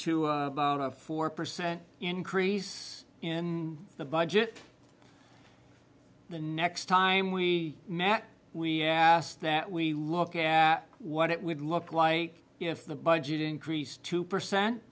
to about a four percent increase in the budget the next time we met we asked that we look at what it would look like if the budget increased two percent